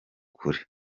kure